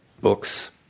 books